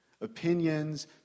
opinions